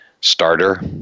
starter